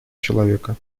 человека